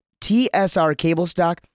TSRCableStock